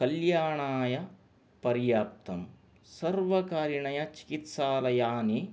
कल्याणाय पर्याप्तम् सर्वकारीयचिकित्सालयानि